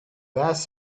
vast